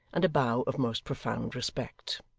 and a bow of most profound respect.